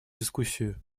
дискуссию